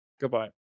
goodbye